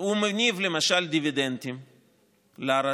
הוא מניב למשל דיבידנדים לרשות,